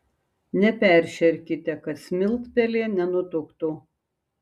neperšerkite kad smiltpelė nenutuktų